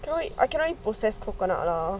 I cannot eat coconut lah